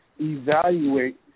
evaluate